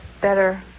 better